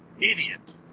Idiot